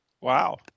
Wow